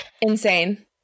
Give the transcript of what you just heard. Insane